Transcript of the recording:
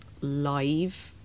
live